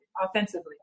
offensively